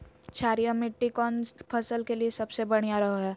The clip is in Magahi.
क्षारीय मिट्टी कौन फसल के लिए सबसे बढ़िया रहो हय?